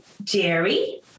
Jerry